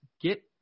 get